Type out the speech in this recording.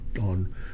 on—